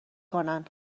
کنن